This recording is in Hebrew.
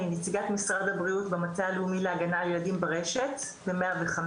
אני נציגת משרד הבריאות במטה הלאומי להגנה על ילדים ברשת ב-105,